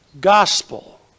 gospel